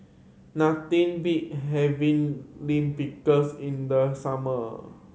nothing beat having Lime Pickles in the summer